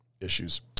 issues